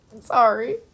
sorry